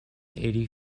eighty